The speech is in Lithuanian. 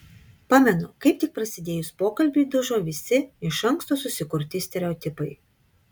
pamenu kaip tik prasidėjus pokalbiui dužo visi iš anksto susikurti stereotipai